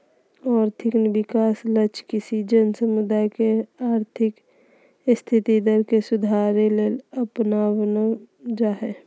और्थिक विकास लक्ष्य किसी जन समुदाय के और्थिक स्थिति स्तर के सुधारेले अपनाब्ल जा हइ